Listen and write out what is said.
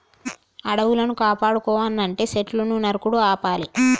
అడవులను కాపాడుకోవనంటే సెట్లును నరుకుడు ఆపాలి